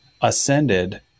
ascended